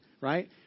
right